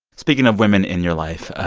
speaking of women in your life,